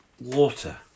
water